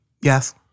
Yes